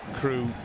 Crew